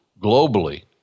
globally